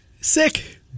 Sick